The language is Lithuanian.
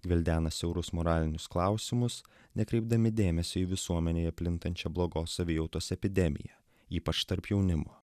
gvildena siaurus moralinius klausimus nekreipdami dėmesio į visuomenėje plintančią blogos savijautos epidemiją ypač tarp jaunimo